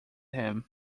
him